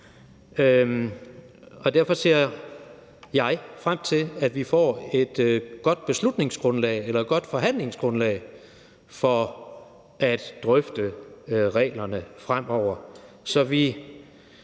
Og derfor ser jeg frem til, at vi får et godt forhandlingsgrundlag for at drøfte reglerne fremover, så vi